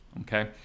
Okay